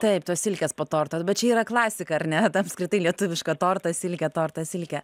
taip tos silkės po torto bet čia yra klasika ar ne ta apskritai lietuviška tortą silkę tortą silkę